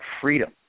freedom